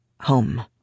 Home